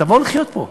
תבואו לחיות פה.